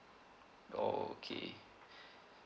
oh okay